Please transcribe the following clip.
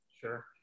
sure